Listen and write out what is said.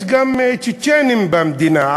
יש גם צ'צ'נים במדינה,